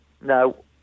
No